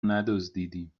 ندزدیدیم